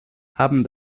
haben